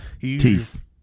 Teeth